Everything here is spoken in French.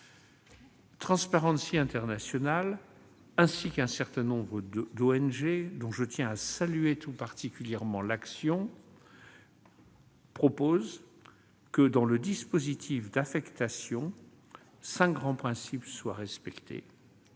Transparency International ainsi qu'un certain nombre d'ONG, dont je tiens à saluer tout particulièrement l'action, proposent que, dans le dispositif d'affectation, cinq grands principes soient respectés